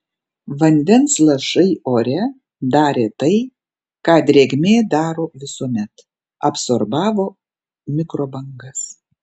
vandens lašai ore darė tai ką drėgmė daro visuomet absorbavo mikrobangas